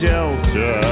Delta